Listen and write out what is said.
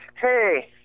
Hey